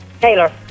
Taylor